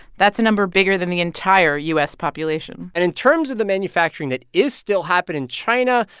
that's a number bigger than the entire u s. population and in terms of the manufacturing that is still happen in china,